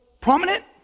prominent